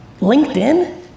LinkedIn